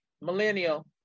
millennial